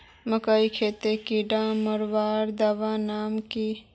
मकई खेतीत कीड़ा मारवार दवा नाम की?